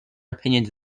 opinions